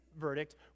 verdict